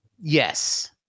Yes